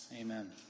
Amen